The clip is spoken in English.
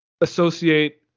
associate